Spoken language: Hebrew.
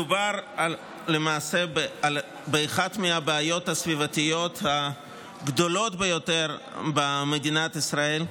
מדובר למעשה באחת הבעיות הסביבתיות הגדולות ביותר במדינת ישראל.